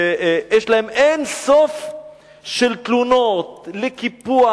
שיש להם אין-סוף תלונות על קיפוח,